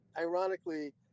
ironically